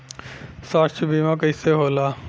स्वास्थ्य बीमा कईसे होला?